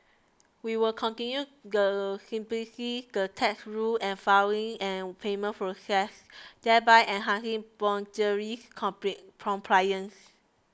we will continue the simplify the tax rules and filing and payment processes thereby enhancing voluntary compliance